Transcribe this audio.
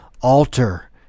alter